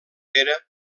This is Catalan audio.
pere